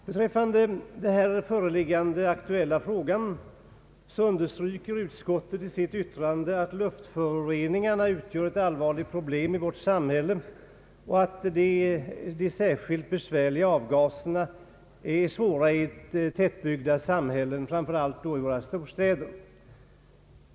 Beträffande den nu föreliggande frågan understryker utskottet i sitt yttrande att luftföroreningarna utgör ett allvarligt problem och att avgaserna är svåra i tättbebyggda samhällen, särskilt i storstäderna.